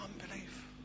unbelief